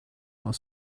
while